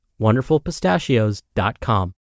WonderfulPistachios.com